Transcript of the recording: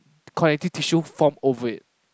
the connective tissue form over it